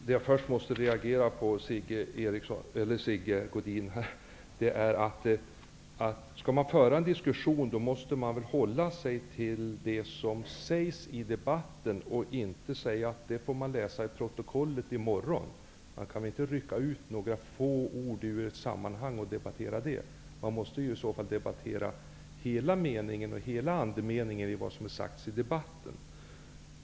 Herr talman! Det som jag först reagerar mot i Sigge Godins anförande är att han inte håller sig till det som sägs i debatten utan hänvisar till att det kan läsas i protokollet i morgon. Man kan inte rycka ut några få ord ur sitt sammanhang och debattera dem. Man måste diskutera hela andemeningen i det som har sagts i debatten.